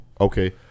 okay